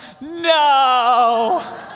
No